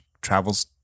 travels